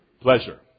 pleasure